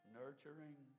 nurturing